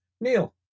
Neil